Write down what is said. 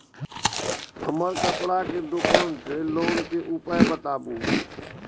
हमर कपड़ा के दुकान छै लोन के उपाय बताबू?